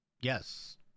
Yes